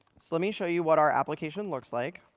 so let me show you what our application looks like.